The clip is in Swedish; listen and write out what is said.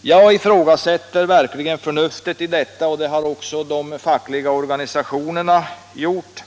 Jag ifrågasätter verkligen förnuftet i detta, och det har också de fackliga organisationerna gjort.